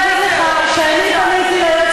אני רוצה להגיד לך שאני פניתי ליועץ